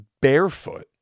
barefoot